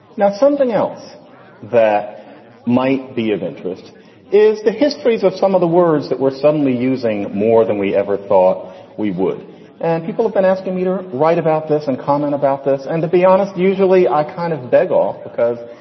now, something else that might be of interest is the histories of some of the words that we're suddenly using more than we ever thought we would. and people have been asking me to write about this and comment about this and to be honest. usually i kind of beg off because,